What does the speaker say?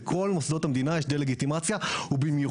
בכל מוסדות המדינה יש דה לגיטימציה ובמיוחד,